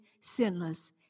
sinless